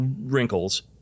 wrinkles